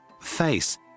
Face